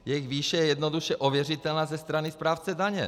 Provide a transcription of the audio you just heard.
Jejich výše je jednoduše ověřitelná ze strany správce daně.